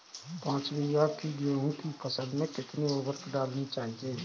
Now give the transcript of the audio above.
पाँच बीघा की गेहूँ की फसल में कितनी उर्वरक डालनी चाहिए?